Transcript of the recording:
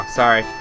sorry